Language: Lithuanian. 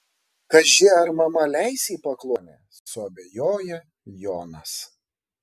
kaži ar mama leis į pakluonę suabejoja jonas